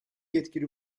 yetkili